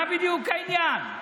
מה בדיוק העניין?